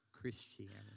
Christianity